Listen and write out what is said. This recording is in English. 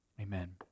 Amen